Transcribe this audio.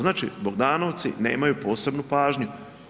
Znači Bogdanovci nemaju posebnu pažnju.